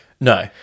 No